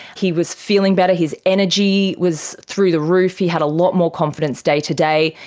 he was feeling better, his energy was through the roof, he had a lot more confidence day-to-day,